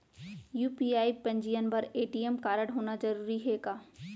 UPI पंजीयन बर ATM कारडहोना जरूरी हे का?